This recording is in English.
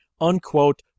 unquote